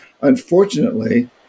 Unfortunately